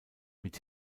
mit